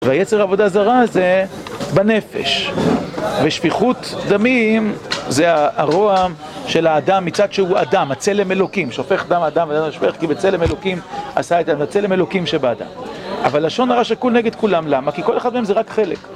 וייצר עבודה זרה זה בנפש ושפיכות דמים זה הרוע של האדם מצד שהוא אדם הצלם אלוקים שופך דם אדם ואדם שופך כי בצלם אלוקים עשה את ה... בצלם אלוקים שבאדם אבל לשון הרע שקול נגד כולם, למה? כי כל אחד מהם זה רק חלק